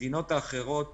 המדינות האחרות